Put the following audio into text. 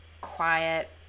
quiet